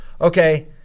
okay